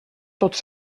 tots